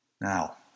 Now